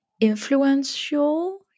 influential